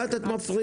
באת את מפריעה.